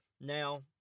Now